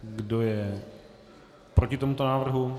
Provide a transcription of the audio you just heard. Kdo je proti tomuto návrhu?